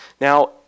Now